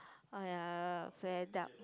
!aiya! fed up